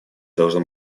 должно